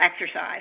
exercise